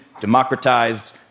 democratized